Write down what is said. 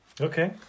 okay